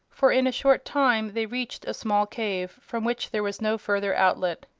for in a short time they reached a small cave from which there was no further outlet.